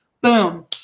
Boom